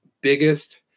biggest